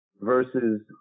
versus